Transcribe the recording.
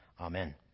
amen